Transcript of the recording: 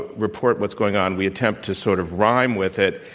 but report what's going on, we attempt to sort of rhyme with it,